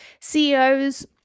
CEOs